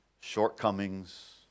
shortcomings